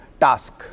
task